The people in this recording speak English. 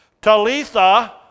Talitha